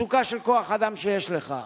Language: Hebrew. מצוקה של כוח-אדם שיש לך.